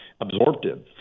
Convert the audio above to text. absorptive